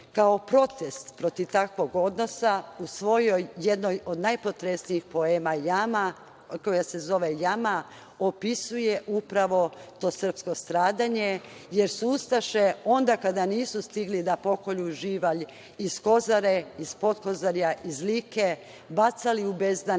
kao protest protiv takvog odnosa u svojoj jednoj od najpotresnijih poema, koja se zove „Jama“, opisuje upravo to srpsko stradanje, jer su ustaše onda kada nisu stigli da pokolju živalj iz Kozare, iz Potkozarja iz Like, bacali u bezdane